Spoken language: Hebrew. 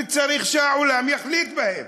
וצריך שהעולם יחליט בהם.